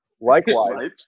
Likewise